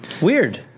Weird